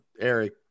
Eric